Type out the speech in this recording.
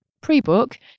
pre-book